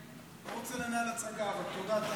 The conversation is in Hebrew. אני לא רוצה לנהל הצגה, אבל תודה.